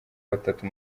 batatu